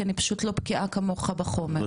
כי אני פשוט לא בקיאה כמוך בחומר.